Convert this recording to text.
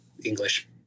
English